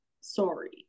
sorry